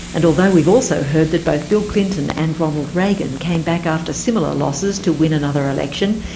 and although we've also heard that both bill clinton and ronald reagan came back after similar losses to win another election,